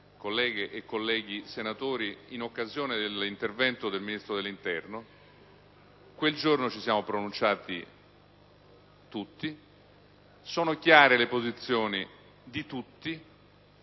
colleghe e colleghi senatori, in occasione dell'intervento del Ministro dell'interno, quel giorno ci siamo pronunciati tutti, sono chiare le posizioni di tutti,